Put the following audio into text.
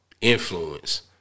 influence